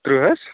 تٕرٛہ حظ